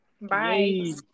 Bye